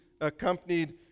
Accompanied